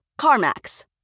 CarMax